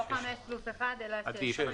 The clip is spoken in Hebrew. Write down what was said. לא חמש פלוס אחת אלא שש.